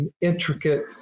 intricate